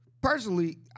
Personally